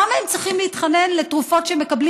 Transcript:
למה הם צריכים להתחנן לתרופות שהם מקבלים